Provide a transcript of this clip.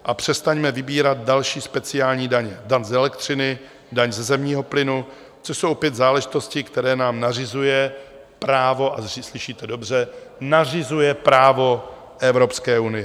A přestaňme vybírat další speciální daně daň z elektřiny, daň ze zemního plynu, což jsou opět záležitosti, které nám nařizuje právo a slyšíte dobře nařizuje právo Evropské unie.